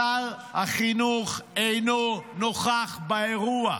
שר החינוך אינו נוכח באירוע.